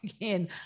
again